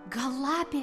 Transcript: gal lapė